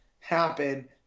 Happen